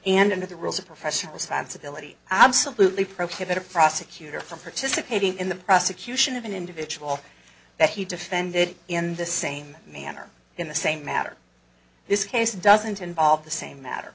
and in to the rules of professional responsibility absolutely prohibit a prosecutor from participating in the prosecution of an individual that he defended in the same manner in the same matter this case doesn't involve the same matter